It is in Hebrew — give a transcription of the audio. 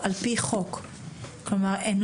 כלומר כמה